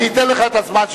אני אתן לך את הזמן.